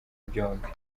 byombi